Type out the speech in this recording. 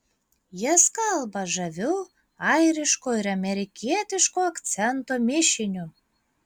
jis kalba žaviu airiško ir amerikietiško akcento mišiniu